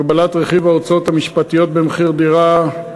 הגבלת רכיב ההוצאות המשפטיות במחיר דירה),